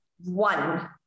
one